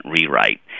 rewrite